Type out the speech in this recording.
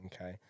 okay